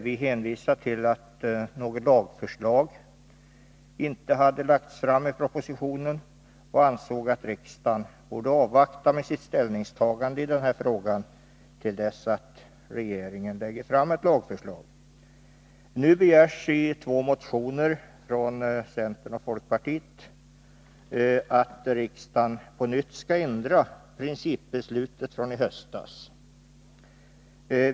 Vi hänvisade till att något lagförslag inte hade lagts fram i propositionen och ansåg att riksdagen borde avvakta med sitt ställningstagande i den här frågan till dess att regeringen lägger fram ett lagförslag. Nu begärs i två motioner från centern och folkpartiet att riksdagen skall ändra principbeslutet från i höstas.